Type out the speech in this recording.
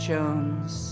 Jones